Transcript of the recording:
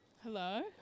Hello